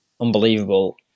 unbelievable